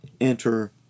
enter